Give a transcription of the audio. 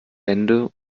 ende